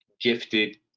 gifted